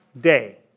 day